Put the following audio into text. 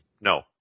No